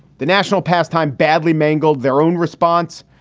the national pastime badly mangled their own response,